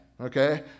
okay